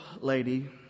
lady